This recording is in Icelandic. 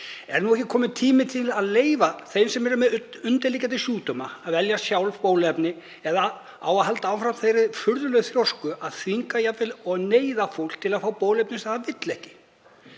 Er ekki kominn tími til að leyfa þeim sem eru með undirliggjandi sjúkdóma að velja sjálf bóluefni eða á að halda áfram þeirri furðulegu þrjósku að þvinga jafnvel og neyða fólk til að fá bóluefni sem það vill ekki?